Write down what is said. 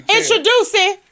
Introducing